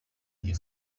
iyi